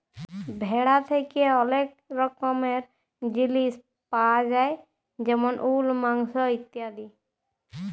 ভেড়া থ্যাকে ওলেক রকমের জিলিস পায়া যায় যেমল উল, মাংস ইত্যাদি